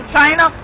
China